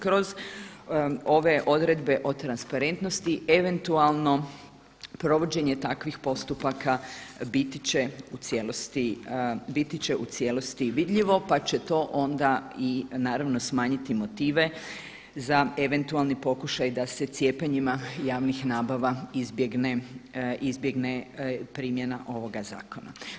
Kroz ove odredbe o transparentnosti eventualno provođenje takvih postupaka biti će u cijelosti vidljivo pa će to onda naravno smanjiti motive za eventualni pokušaj da se cijepanjima javnih nabava izbjegne primjena ovoga zakona.